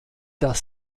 das